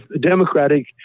democratic